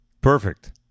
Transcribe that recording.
perfect